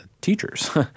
teachers